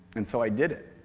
and so i did it.